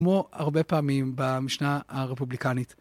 כמו הרבה פעמים במשנה הרפובליקנית.